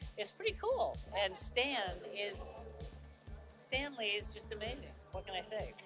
it's pretty cool and stan is stan lee is just amazing what can i say,